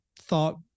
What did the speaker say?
thought